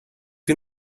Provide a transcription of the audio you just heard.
you